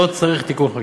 לא צריך תיקון חקיקה.